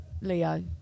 Leo